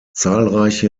zahlreiche